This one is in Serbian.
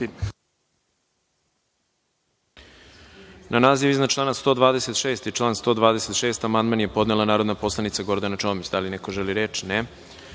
Na naziv iznad člana 126. i član 126. amandman je podnela narodna poslanica Gordana Čomić. Da li neko želi reč?